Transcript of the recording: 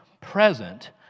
present